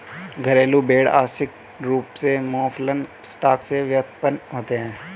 घरेलू भेड़ आंशिक रूप से मौफलन स्टॉक से व्युत्पन्न होते हैं